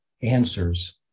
answers